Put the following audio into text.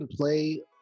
play